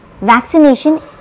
Vaccination